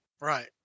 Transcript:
right